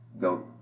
go